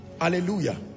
hallelujah